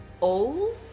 old